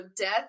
death